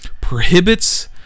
prohibits